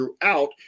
throughout